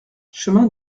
chemin